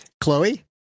chloe